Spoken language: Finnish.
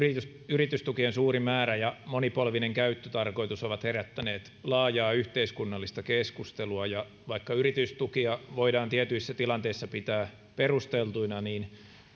yritystukien suuri määrä ja monipolvinen käyttötarkoitus ovat herättäneet laajaa yhteiskunnallista keskustelua ja vaikka yritystukia voidaan tietyissä tilanteissa pitää perusteltuina niin